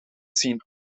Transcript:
zien